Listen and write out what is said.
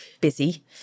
busy